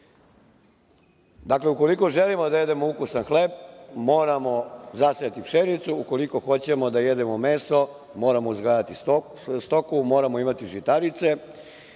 …Dakle, ukoliko želimo da jedemo ukusan hleb, moramo zasejati pšenicu. Ukoliko hoćemo da jedemo meso, moramo uzgajati stoku, moramo imati žitarice,